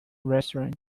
restaurant